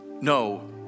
no